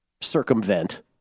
circumvent